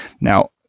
Now